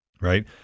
Right